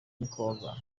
ntikoga